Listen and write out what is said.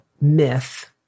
myth